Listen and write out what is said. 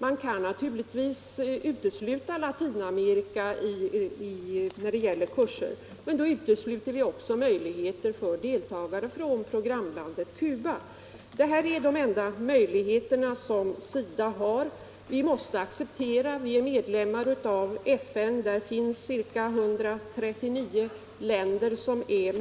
Man kan naturligtvis utesluta deltagare från Latinamerika, men därmed utesluter man också deltagare från programlandet Cuba. Dessa är de enda möjligheter SIDA har att agera i dessa sammanhang. Sverige är medlem av FN, och det är 139 länder som är